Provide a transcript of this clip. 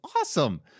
awesome